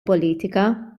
politika